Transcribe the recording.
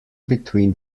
between